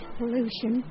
pollution